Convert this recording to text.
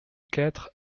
quatre